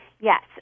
Yes